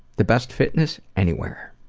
the best fitness anywhere.